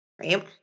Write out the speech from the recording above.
right